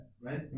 right